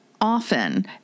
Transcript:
often